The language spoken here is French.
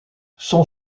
son